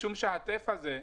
משום שהטף הזה,